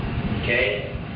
okay